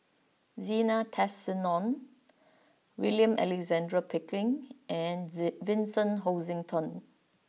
Zena Tessensohn William Alexander Pickering and Vincent Hoisington